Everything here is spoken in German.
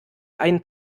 einen